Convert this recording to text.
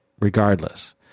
regardless